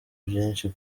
byinshi